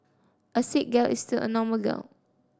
a sick gal is still a normal gal